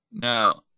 Now